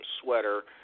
sweater